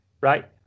right